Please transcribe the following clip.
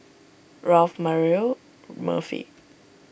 Ralph Mario Murphy